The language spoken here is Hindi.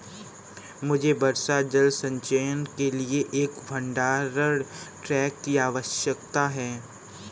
मुझे वर्षा जल संचयन के लिए एक भंडारण टैंक की आवश्यकता है